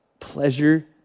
pleasure